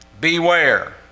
beware